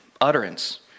utterance